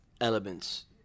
elements